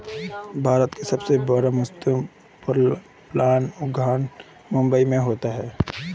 भारत का सबसे बड़ा मत्स्य पालन उद्योग मुंबई मैं होता है